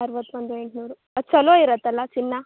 ಅರ್ವತ್ತು ಒಂದು ಎಂಟ್ನೂರು ಅದು ಚಲೋ ಇರುತ್ತಲ ಚಿನ್ನ